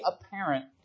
apparent